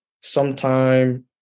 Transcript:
sometime